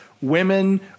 Women